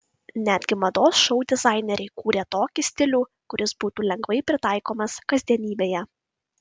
netgi mados šou dizaineriai kūrė tokį stilių kuris būtų lengvai pritaikomas kasdienybėje